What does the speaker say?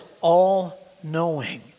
all-knowing